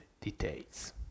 details